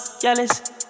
jealous